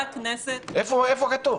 איפה כתוב?